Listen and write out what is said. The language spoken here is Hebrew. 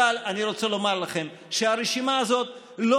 אבל אני רוצה לומר לכם שהרשימה הזאת לא